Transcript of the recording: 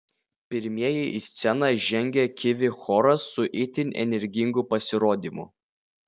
pirmieji į sceną žengė kivi choras su itin energingu pasirodymu